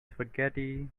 spaghetti